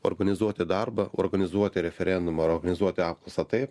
organizuoti darbą organizuoti referendumą ar organizuoti apklausą taip